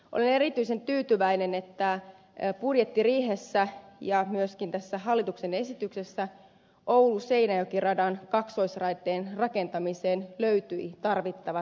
olen erityisen tyytyväinen että budjettiriihessä ja myöskin tässä hallituksen esityksessä ouluseinäjoki radan kaksoisraiteen rakentamiseen löytyi tarvittavat rahat